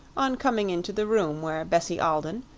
on coming into the room where bessie alden,